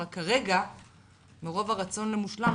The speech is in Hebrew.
רק כרגע מרוב רצון למושלמות,